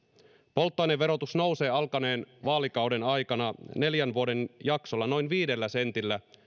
polttoaineverotus nousee alkaneen vaalikauden aikana neljän vuoden jaksolla noin viidellä sentillä